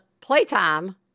playtime